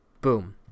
boom